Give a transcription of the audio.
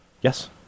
Yes